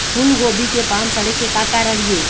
फूलगोभी के पान सड़े के का कारण ये?